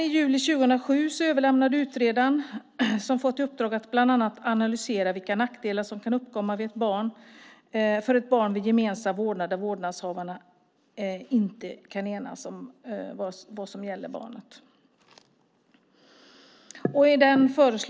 I juli 2007 överlämnade utredaren, som fått i uppdrag att bland annat analysera vilka nackdelar som kan uppkomma för ett barn vid gemensam vårdnad när vårdnadshavarna inte kan enas om vad som gäller barnet, sitt betänkande.